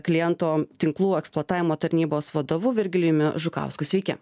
kliento tinklų eksploatavimo tarnybos vadovu virgilijumi žukausku sveiki